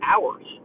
hours